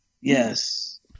Yes